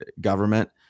government